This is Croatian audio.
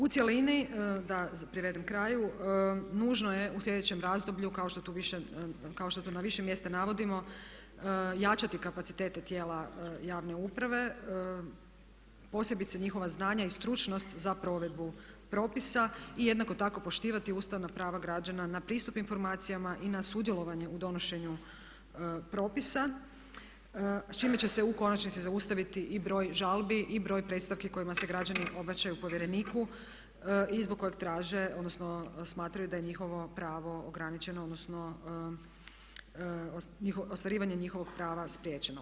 U cjelini, da privedem kraju, nužno je u sljedećem razdoblju kao što to na više mjesta navodimo jačati kapacitete tijela javne uprave posebice njihova znanja i stručnost za provedbu propisa i jednako tako poštivati ustavna prava građana na pristup informacijama i na sudjelovanje u donošenju propisa s čime će se u konačnici zaustaviti i broj žalbi i broj predstavki kojima se građani obraćaju povjereniku i zbog kojeg traže odnosno smatraju da je njihovo pravo ograničeno odnosno ostvarivanje njihovog prava spriječeno.